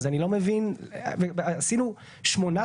נעשה עכשיו הפסקה של 10